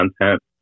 content